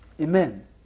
amen